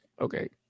Okay